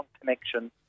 connection